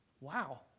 wow